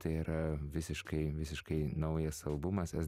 tai yra visiškai visiškai naujas albumas